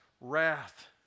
wrath